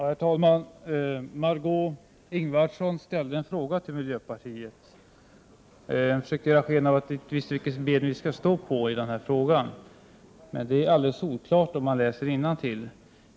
Herr talman! Margöé Ingvardsson ställde en fråga till miljöpartiet och försökte ge sken av att vi inte riktigt visste vilket ben vi skulle stå på i den här frågan. Men det är alldeles solklart, om man läser innantill.